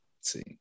see